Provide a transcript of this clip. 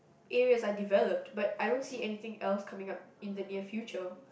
areas are developed but I don't see anything else coming up in the near future